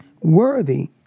Worthy